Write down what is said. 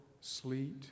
sleet